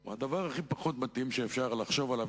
הוא הדבר הכי פחות מתאים שאפשר לחשוב עליו